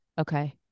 okay